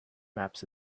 maps